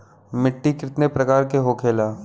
मिट्टी कितने प्रकार के होखेला?